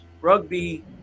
rugby